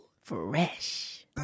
Fresh